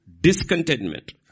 discontentment